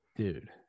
Dude